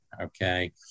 Okay